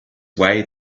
way